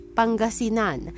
Pangasinan